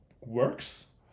works